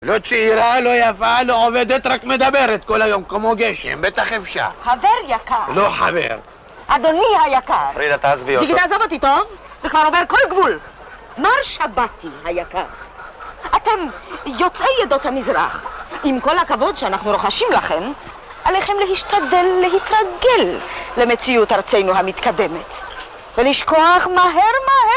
לא צעירה, לא יפה, לא עובדת, רק מדברת כל היום, כמו גשם, בטח אפשר. חבר יקר! לא חבר. אדוני היקר. פרידה, תעזבי אותו. זיגי, תעזוב אותי, טוב?! זה כבר עובר כל גבול. מר שבתי היקר, אתם יוצאי עדות המזרח, עם כל הכבוד שאנחנו רוכשים לכם עליכם להשתדל, להתרגל למציאות ארצנו המתקדמת ולשכוח מהר מהר